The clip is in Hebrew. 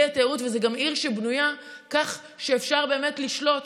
זאת גם עיר שבנויה כך שאפשר באמת לשלוט,